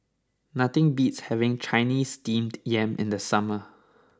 nothing beats having Chinese Steamed Yam in the summer